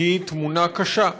היא תמונה קשה.